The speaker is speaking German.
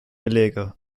belege